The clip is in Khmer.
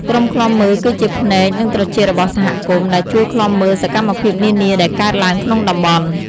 ក្រុមឃ្លាំមើលគឺជា ភ្នែក និងត្រចៀករបស់សហគមន៍ ដែលជួយឃ្លាំមើលសកម្មភាពនានាដែលកើតឡើងក្នុងតំបន់។